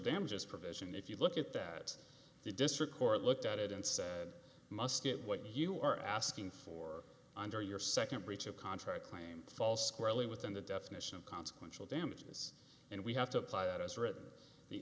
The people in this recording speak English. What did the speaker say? damages provision if you look at that the district court looked at it and said must it what you are asking for under your second breach of contract claim fall squarely within the definition of consequential damages and we have to apply that as written the